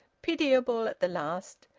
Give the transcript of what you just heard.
pitiable at the last,